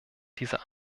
dieser